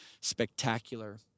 Spectacular